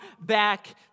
back